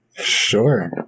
Sure